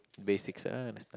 basics uh that's like